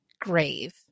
grave